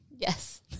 Yes